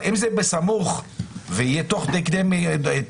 אבל אם זה בסמוך ויהיה תוך כדי מרדף,